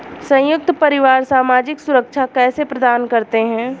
संयुक्त परिवार सामाजिक सुरक्षा कैसे प्रदान करते हैं?